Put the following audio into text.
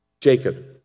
Jacob